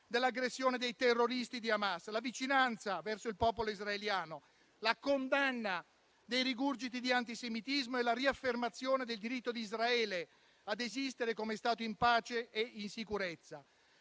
dell'aggressione dei terroristi di Hamas, la vicinanza verso il popolo israeliano, la condanna dei rigurgiti di antisemitismo e la riaffermazione del diritto di Israele ad esistere come Stato in pace e in sicurezza.